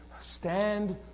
Stand